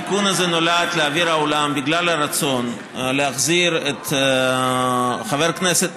התיקון הזה נולד לאוויר העולם בגלל הרצון להחזיר את חבר הכנסת,